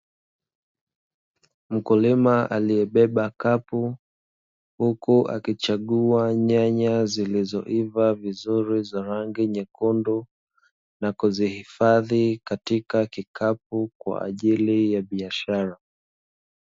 Mkulima aliebeba kapu, huku akichagua nyanya zilizoiva vizuri za rangi nyekundu na kuzihifadhi katika kikapu kwa ajili ya biashara.